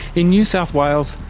in new south wales,